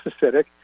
acidic